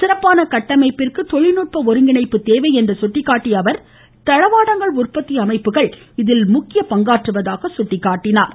சிறப்பான கட்டமைப்பிற்கு தொழில்நுட்ப ஒருங்கிணைப்பு அவசியம் என்று சுட்டிக்காட்டிய அவர் தளவாடங்கள் உற்பத்தி அமைப்புகளுக்கு இதில் முக்கிய பங்கு இருப்பதாக கூறினார்